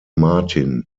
martín